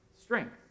strength